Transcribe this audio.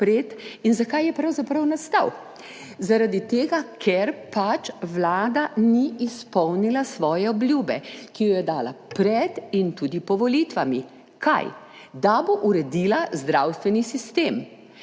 in zakaj je pravzaprav nastal - zaradi tega, ker pač Vlada ni izpolnila svoje obljube, ki jo je dala pred in tudi po volitvami, kaj, da bo uredila zdravstveni sistem.